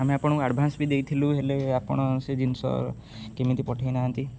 ଆମେ ଆପଣଙ୍କୁ ଆଡ଼ଭାନ୍ସ୍ ବି ଦେଇଥିଲୁ ହେଲେ ଆପଣ ସେ ଜିନିଷ କେମିତି ପଠେଇନାହାଁନ୍ତି